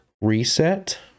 reset